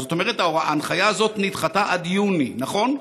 זאת אומרת, ההנחיה הזאת נדחתה עד יוני, נכון?